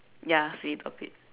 ya with a bit